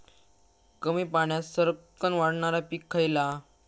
कमी पाण्यात सरक्कन वाढणारा पीक खयला?